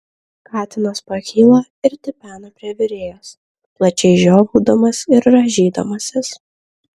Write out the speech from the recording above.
katinas pakyla ir tipena prie virėjos plačiai žiovaudamas ir rąžydamasis